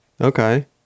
Okay